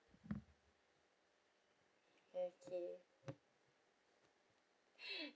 okay